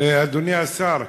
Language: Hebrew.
אדוני השר,